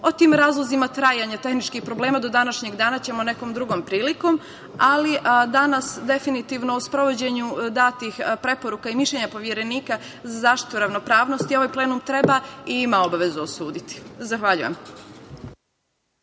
tim razlozima trajanja tehničkih problema do današnjeg dana ćemo nekom drugom prilikom, ali danas definitivno o sprovođenju datih preporuka i mišljenja Poverenika za zaštitu ravnopravnosti, ovaj plenum treba i ima obavezu osuditi. Zahvaljujem.